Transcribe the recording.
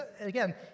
again